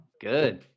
good